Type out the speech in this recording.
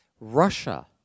Russia